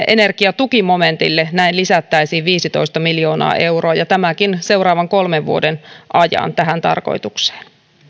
energiatukimomentille näin lisättäisiin viisitoista miljoonaa euroa ja tämäkin seuraavan kolmen vuoden ajan tähän tarkoitukseen